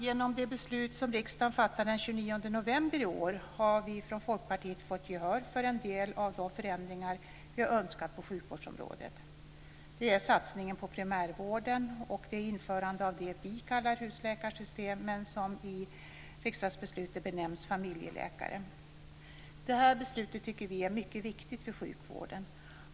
Genom det beslut som riksdagen fattade den 29 november i år har vi från Folkpartiet fått gehör för en del av de förändringar vi har önskat på sjukvårdsområdet. Det är satsningen på primärvården, och det är införandet av det vi kallar husläkarsystem men som i riksdagsbeslutet benämns familjeläkare. Detta beslut tycker vi är mycket viktigt för sjukvården.